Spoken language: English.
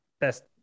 best